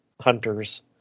hunters